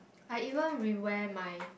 I even rewear my